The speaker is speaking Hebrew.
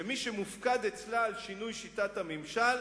ומי שמופקד אצלה על שינוי שיטת הממשל